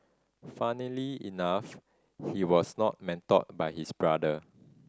funnily enough he was not mentored by his brother